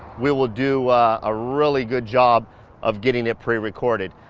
we will do a really good job of getting it prerecorded.